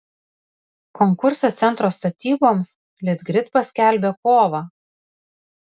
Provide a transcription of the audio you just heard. konkursą centro statyboms litgrid paskelbė kovą